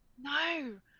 No